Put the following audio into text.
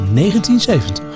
1970